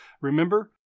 remember